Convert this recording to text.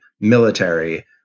military